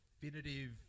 definitive